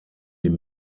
die